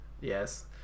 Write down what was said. Yes